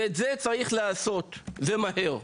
את זה צריך לעשות, ומהר.